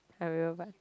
I will but